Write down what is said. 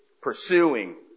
Pursuing